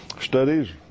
studies